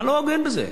מה לא הוגן בזה?